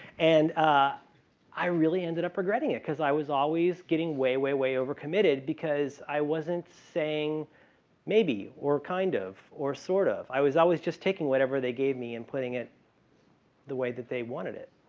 and ah i really ended up regretting it because i was always getting way, way, way over committed because i wasn't saying maybe or kind of or sort of. i was always just taking whatever they gave me and putting it the way that they wanted it.